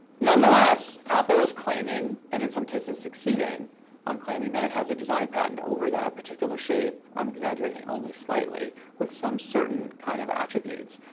nonetheless, apple is claiming, and in some cases, succeeding on claiming, that it has a design patent over that particular shape i'm exaggerating only slightly with some certain kind of attributes.